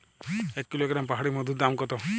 এক কিলোগ্রাম পাহাড়ী মধুর দাম কত?